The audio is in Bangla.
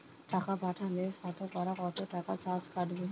টাকা পাঠালে সতকরা কত টাকা চার্জ কাটবে?